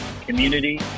community